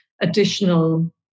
additional